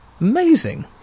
Amazing